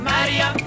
Maria